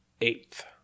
eighth